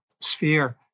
sphere